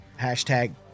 hashtag